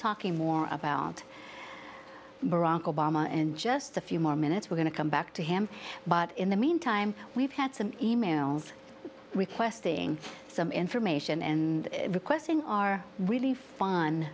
talking more about barack obama in just a few more minutes we're going to come back to him but in the meantime we've had some e mails requesting some information and requesting are really f